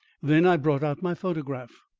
then i brought out my photograph.